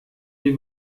die